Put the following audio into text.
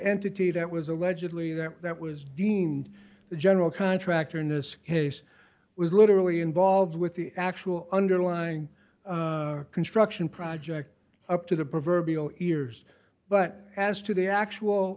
entity that was allegedly that that was deemed the general contractor in this case was literally involved with the actual underlying construction project up to the proverbial ears but as to the actual